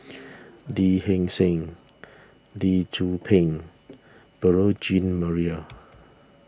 Lee Hee Seng Lee Tzu Pheng Beurel Jean Marie